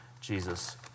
Jesus